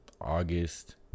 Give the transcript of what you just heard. August